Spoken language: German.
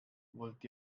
wollt